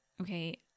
Okay